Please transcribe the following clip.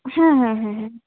হ্যাঁ হ্যাঁ হ্যাঁ হ্যাঁ